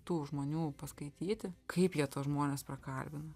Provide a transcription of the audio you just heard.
tų žmonių paskaityti kaip jie tuos žmones prakalbina